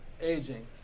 aging